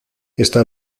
está